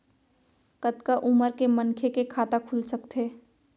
कतका उमर के मनखे के खाता खुल सकथे?